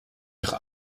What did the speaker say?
ihre